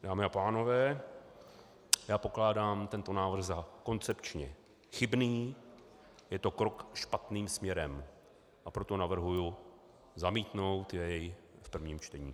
Dámy a pánové, já pokládám tento návrh za koncepčně chybný, je to krok špatným směrem, a proto navrhuji zamítnout jej v prvním čtení.